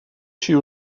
się